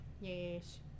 Yes